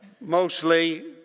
Mostly